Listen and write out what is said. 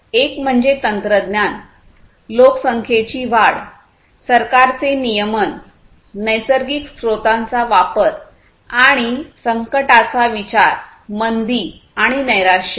एक म्हणजे तंत्रज्ञान लोकसंख्येची वाढ सरकारचे नियमन नैसर्गिक स्त्रोतांचा वापर आणि संकटाचा विचार मंदी आणि नैराश्य